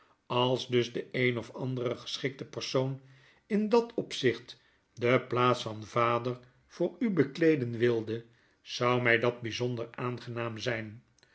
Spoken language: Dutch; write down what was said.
als dus de een of andere geschikte persoon in dat opzicht de plaats van vader voor u bekleeden wilde zou my dat byzonder aangenaam zijn